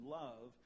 love